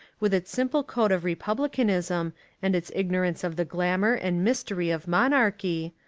with its simple code of republicanism and its ignorance of the glamour and mystery of mon archy,